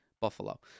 Buffalo